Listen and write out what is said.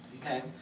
Okay